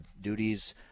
duties